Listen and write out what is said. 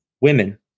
women